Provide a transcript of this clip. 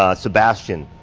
ah sebastian.